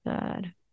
Good